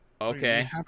okay